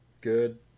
good